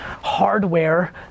hardware